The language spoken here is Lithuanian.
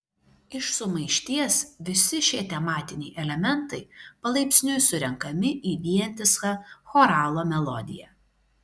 iš sumaišties visi šie tematiniai elementai palaipsniui surenkami į vientisą choralo melodiją